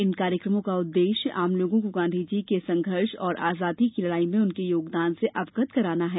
इन कार्यकमों का उददेश्य आम लोगों को गांधीजी के संघर्ष और आजादी की लड़ाई में उनके योगदान से अवगत कराना है